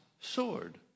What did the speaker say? sword